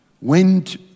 went